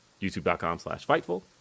YouTube.com/slash/Fightful